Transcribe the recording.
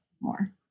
more